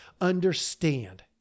understand